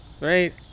right